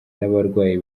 n’abarwayi